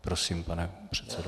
Prosím, pane předsedo.